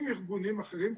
עם ארגונים אחרים,